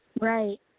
Right